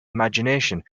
imagination